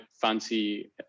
fancy